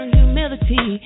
humility